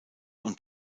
und